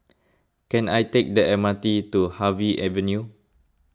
can I take the M R T to Harvey Avenue